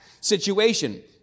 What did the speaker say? situation